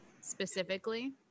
specifically